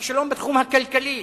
הכישלון בתחום הכלכלי,